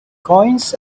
coins